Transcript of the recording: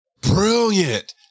brilliant